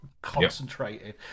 Concentrated